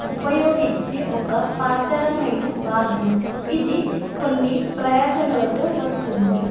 ఉపయోగించే ఒక పాతరమైన వాహనం ఇది కొన్ని ప్రయోజనాలతో వస్తుంది